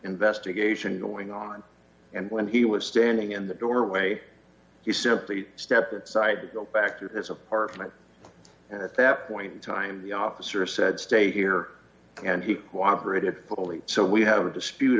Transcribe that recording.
investigation going on and when he was standing in the doorway you simply stepped outside go back to his apartment and at that point in time the officer said stay here and he cooperated fully so we have a dispute